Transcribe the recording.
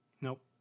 Nope